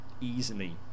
easily